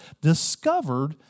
discovered